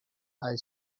eye